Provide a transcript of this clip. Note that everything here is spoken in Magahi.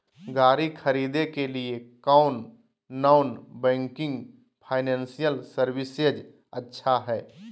गाड़ी खरीदे के लिए कौन नॉन बैंकिंग फाइनेंशियल सर्विसेज अच्छा है?